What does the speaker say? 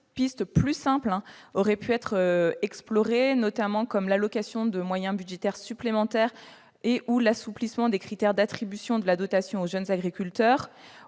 pistes plus simples auraient pu être explorées, comme l'allocation de moyens budgétaires supplémentaires ou l'assouplissement des critères d'attribution de la dotation aux jeunes agriculteurs,